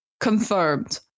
confirmed